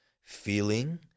feeling